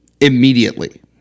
immediately